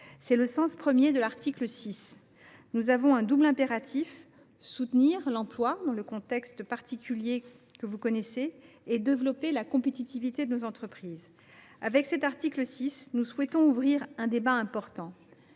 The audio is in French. C’est le sens premier de l’article 6. Nous avons un double impératif : soutenir l’emploi dans le contexte particulier que l’on connaît ; développer la compétitivité de nos entreprises. Avec cet article 6, nous souhaitons ouvrir un débat important.